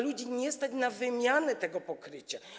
Ludzi nie stać na wymianę tego pokrycia.